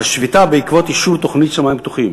השביתה בעקבות אישור תוכנית "שמים פתוחים",